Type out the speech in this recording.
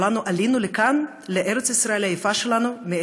כולנו עלינו מאיפשהו לכאן, לארץ ישראל היפה שלנו.